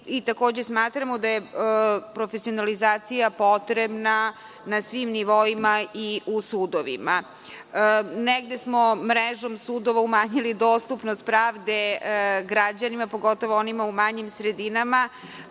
Srbiji. Takođe, smatramo da je profesionalizacija potrebna na svim nivoima i u sudovima. Negde smo mrežom sudovima umanjili dostupnost pravde građanima, pogotovo onima u manjim sredinama,